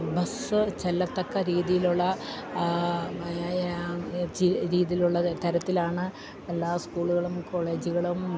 bus ചെല്ലത്തക്ക രീതിയിലുള്ള രീതിയിലുള്ള തരത്തിലാണ് എല്ലാ സ്കൂളുകളും കോളേജുകളും